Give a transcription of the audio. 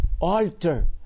altar